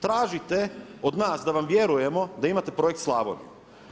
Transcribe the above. Tražite od nas da vam vjerujemo da imate projekt Slavonija.